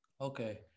Okay